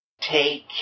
Take